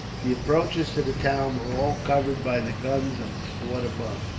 the approaches to the town were all covered by the guns of the fort above.